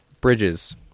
Bridges